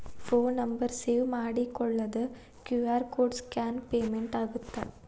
Phone number save ಮಾಡಿಕೊಳ್ಳದ QR code scan payment ಆಗತ್ತಾ?